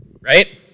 Right